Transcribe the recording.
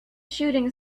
shooting